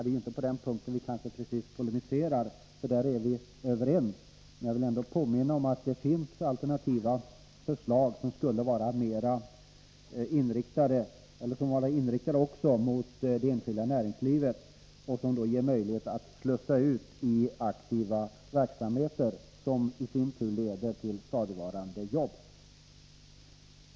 Det är inte precis på den punkten vi polemiserar, utan där är vi överens. Men jag vill ändå påminna om att det finns alternativa förslag som är inriktade också mot det enskilda näringslivet och som ger möjlighet att slussa ut ungdomarna i verksamheter som i sin tur leder till stadigvarande jobb.